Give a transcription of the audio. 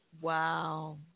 wow